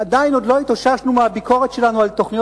עוד לא התאוששנו מהביקורת שלנו על תוכניות